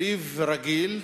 בריב רגיל,